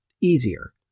easier